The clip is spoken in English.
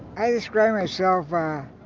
i'd describe myself, ah,